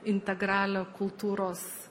integralią kultūros